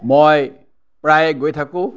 মই প্ৰায় গৈ থাকোঁ